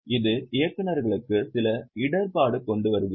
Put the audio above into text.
இது இயக்குநர்களுக்கு சில இடர்பாடு கொண்டுவருகிறது